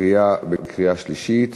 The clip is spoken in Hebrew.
בקריאה שלישית.